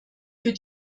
für